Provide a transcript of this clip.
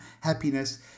happiness